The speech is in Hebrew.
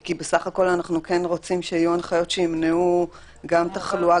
כי בסך הכול אנחנו כן רוצים שיהיו הנחיות שימנעו גם תחלואה,